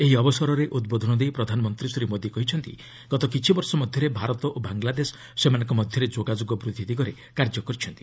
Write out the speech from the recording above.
ଏହି ଅବସରରେ ଉଦ୍ବୋଧନ ଦେଇ ପ୍ରଧାନମନ୍ତ୍ରୀ ଶ୍ରୀ ମୋଦି କହିଛନ୍ତି ଗତ କିଛି ବର୍ଷ ମଧ୍ୟରେ ଭାରତ ଓ ବାଙ୍ଗଲାଦେଶ ସେମାନଙ୍କ ମଧ୍ୟରେ ଯୋଗାଯୋଗ ବୃଦ୍ଧି ଦିଗରେ କାର୍ଯ୍ୟ କରିଛନ୍ତି